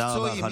תודה רבה, חנוך.